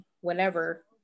whenever